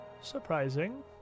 surprising